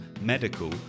medical